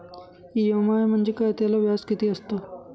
EMI म्हणजे काय? त्याला व्याज किती असतो?